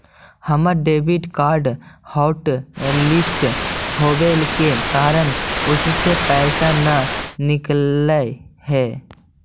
हमर debit card hotlist होवे के कारण उससे पैसे न निकलई हे